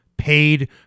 paid